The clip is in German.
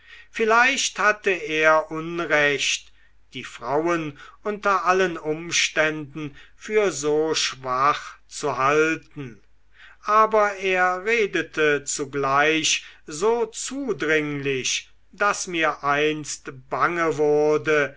vielleicht hatte er unrecht die frauen unter allen umständen für so schwach zu halten aber er redete zugleich so zudringlich daß mir einst bange wurde